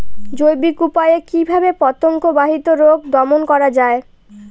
জৈবিক উপায়ে কিভাবে পতঙ্গ বাহিত রোগ দমন করা যায়?